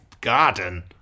garden